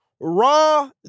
Raw